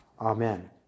Amen